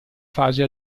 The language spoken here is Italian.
fase